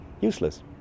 useless